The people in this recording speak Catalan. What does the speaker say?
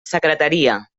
secretaria